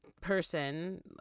person